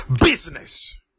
business